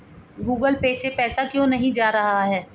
Google Pay से पैसा क्यों नहीं जा रहा है?